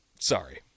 Sorry